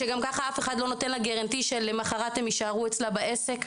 שגם ככה אף אחד לא מתחייב בפניה שלמחרת הם יישארו אצלה בעסק?